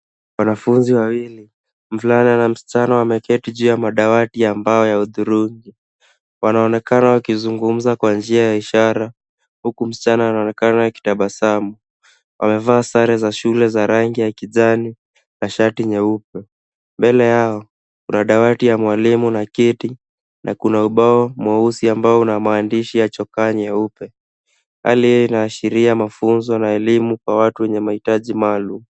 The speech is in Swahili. Wanafunzi wawili, mvulana na msichana wameketi juu ya madawati ambayo ya hudhurungi. Wanaonekana wakizungumza kwa njia ya ishara, huku msichana anaonekana akitabasamu. Wamevaa sare za shule za rangi ya kijani, na shati nyeupe. Mbele yao, kuna dawati ya mwalimu na kiti, na kuna ubao mweusi ambao una maandishi ya chokaa nyeupe. Hali hii inaashiria mafunzo na elimu kwa watu wenye mahitaji maalum.